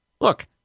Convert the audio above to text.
Look